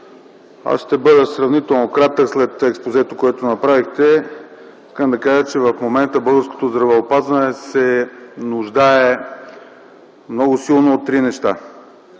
Аз ще бъда сравнително кратък след експозето, което направихте. В момента българското здравеопазване се нуждае много силно от три неща.